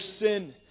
sin